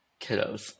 kiddos